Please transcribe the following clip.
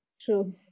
true